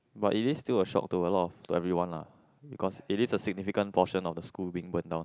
but it is still a shock to a lot of to everyone lah because it is a significant portion of the school being burn down